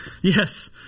Yes